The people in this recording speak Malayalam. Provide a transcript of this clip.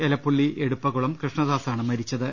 എലപ്പുള്ളി എടുപ്പ കളം കൃഷ്ണദാസാണ് മരിച്ചത്